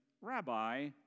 Rabbi